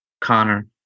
Connor